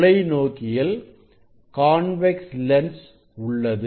தொலைநோக்கியில் convex lens உள்ளது